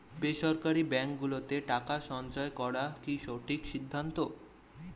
বেসরকারী ব্যাঙ্ক গুলোতে টাকা সঞ্চয় করা কি সঠিক সিদ্ধান্ত?